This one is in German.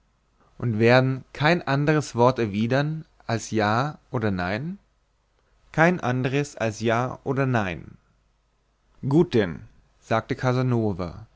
und werden kein andres wort erwidern als ja oder nein kein andres als ja oder nein gut denn sagte casanova